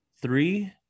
Three